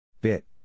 Bit